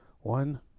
one